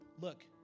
Look